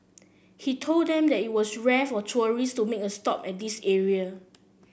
he told them that it was rare for tourists to make a stop at this area